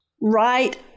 Right